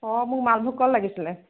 অঁ মোক মালভোগ কল লাগিছিলে